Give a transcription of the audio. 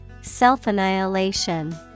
Self-annihilation